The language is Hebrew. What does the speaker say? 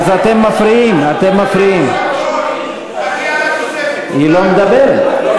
הם לא נותנים לי לדבר,